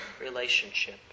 relationship